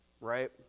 Right